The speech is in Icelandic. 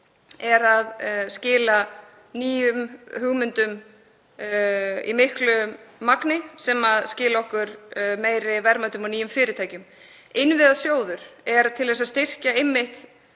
skilar nýjum hugmyndum í miklu magni sem skila okkur meiri verðmætum og nýjum fyrirtækjum. Innviðasjóður er til að styrkja